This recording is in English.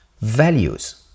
values